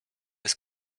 jest